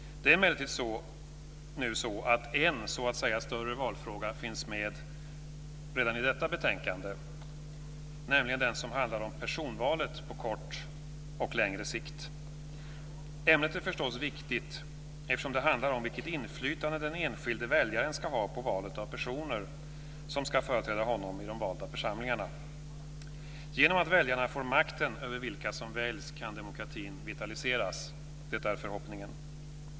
Det är emellertid så att en större valfråga finns med redan i detta betänkande, nämligen den som handlar om personvalet på kort och längre sikt. Ämnet är förstås viktigt eftersom det handlar om vilket inflytande den enskilde väljaren ska ha på valet av personer som ska företräda honom i de valda församlingarna. Genom att väljarna får makten över vilka som väljs kan demokratin vitaliseras. Det är förhoppningen.